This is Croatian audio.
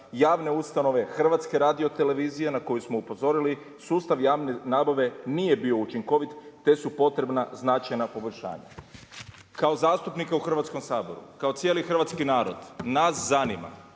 javne ustanove HRT-a na koju smo upozorili sustav javne nabave nije bio učinkovit te su potrebna značajna poboljšanja. Kao zastupnika u Hrvatskom saboru, kao cijeli hrvatski narod nas zanima